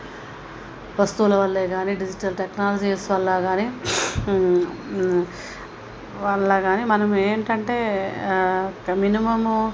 వస్తువుల వల్ల కానీ డిజిటల్ టెక్నాలజీస్ వల్ల కానీ వల్ల కానీ మనం ఏంటంటే మినిమం